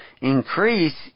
increase